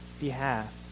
behalf